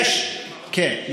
כן,